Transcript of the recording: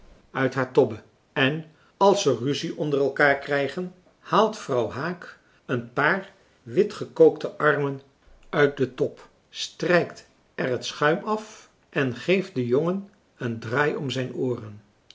uit haar tobbe en als ze ruzie onder elkaar krijgen haalt vrouw haak een paar witgekookte armen uit de tob strijkt er het schuim af en geeft den jongen een draai om zijn ooren